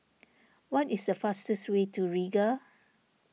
what is the fastest way to Riga